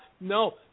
No